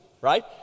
Right